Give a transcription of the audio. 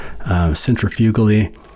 centrifugally